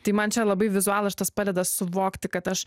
tai man čia labai vizualas šitas padeda suvokti kad aš